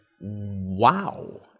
wow